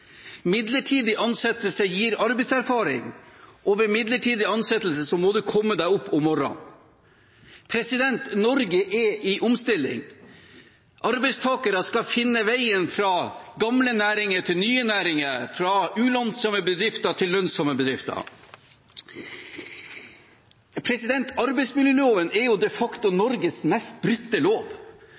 Midlertidig ansettelse gir arbeidserfaring, og ved midlertidig ansettelse må du komme deg «opp om morran». Norge er i omstilling. Arbeidstakere skal finne veien fra gamle næringer til nye næringer, fra ulønnsomme bedrifter til lønnsomme bedrifter. Arbeidsmiljøloven er de facto Norges